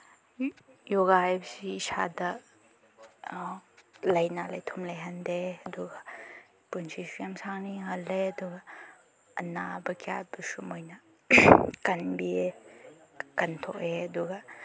ꯌꯣꯒꯥ ꯍꯥꯏꯕꯁꯤ ꯏꯁꯥꯗ ꯂꯥꯏꯅꯥ ꯂꯥꯏꯊꯨꯡ ꯂꯩꯍꯟꯗꯦ ꯑꯗꯨꯒ ꯄꯨꯟꯁꯤꯁꯨ ꯌꯥꯝ ꯁꯥꯡꯅ ꯍꯤꯡꯍꯜꯂꯦ ꯑꯗꯨꯒ ꯑꯅꯥꯕ ꯀꯌꯥꯕꯨꯁꯨ ꯃꯈꯣꯏꯅ ꯀꯟꯕꯤꯌꯦ ꯀꯟꯊꯣꯛꯑꯦ ꯑꯗꯨꯒ